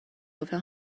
گفتن